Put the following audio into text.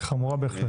חמורה בהחלט.